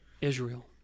Israel